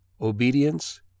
obedience